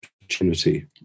opportunity